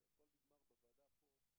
זה הכול נגמר בוועדה פה,